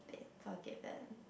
been forgiven